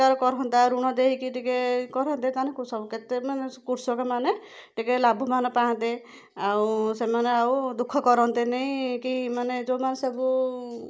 ସରକାର କରନ୍ତା ଋଣ ଦେଇକି ଟିକେ କରନ୍ତେ ତାହାନେ କୃଷକ କେତେ ମାନେ କୃଷକ ମାନେ ଟିକେ ଲାଭମାନେ ପାଆନ୍ତେ ଆଉ ସେମାନେ ଆଉ ଦୁଃଖ କରନ୍ତେନି କି ମାନେ ଯେଉଁମାନେ ସବୁ